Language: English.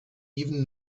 even